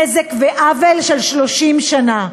ועוול של 30 שנה.